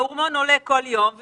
ההורמון עולה כל יום,